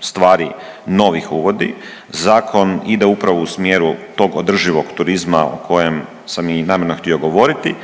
stvari novih uvodi. Zakon ide upravo u smjeru tog održivog turizma o kojem sam i namjerno htio govoriti.